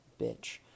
bitch